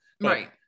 right